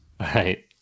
right